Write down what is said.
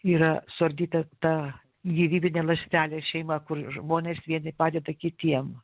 yra suardyta ta gyvybinė ląstelė šeima kur žmonės vieni padeda kitiem